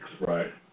Right